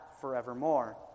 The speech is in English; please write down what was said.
forevermore